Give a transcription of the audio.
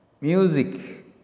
Music